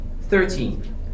Thirteen